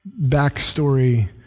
backstory